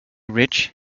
rich